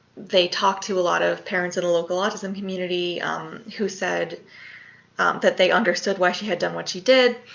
they talked to a lot of parents at a local autism community who said that they understood why she had done what she did.